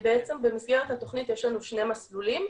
במסגרת התוכנית יש לנו שני מסלולים,